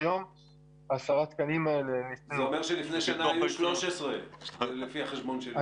זה אומר שלפני שנה היו 13 לפי החשבון שלי.